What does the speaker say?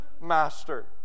master